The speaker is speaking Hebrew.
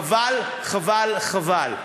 חבל, חבל, חבל.